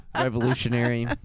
Revolutionary